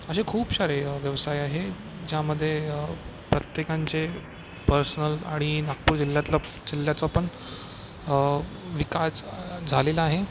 असे खूप सारे व्यवसाय आहे ज्यामध्ये प्रत्येकांचे पर्सनल आणि नागपूर जिल्ह्यातलं जिल्ह्याचं पण विकास झालेला आहे